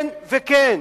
כן וכן.